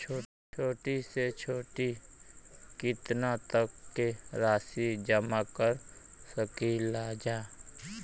छोटी से छोटी कितना तक के राशि जमा कर सकीलाजा?